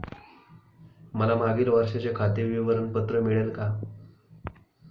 मला मागील वर्षाचे खाते विवरण पत्र मिळेल का?